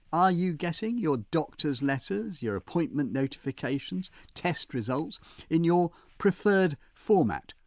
are you getting your doctor's letters, your appointment notifications, test results in your preferred format?